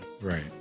right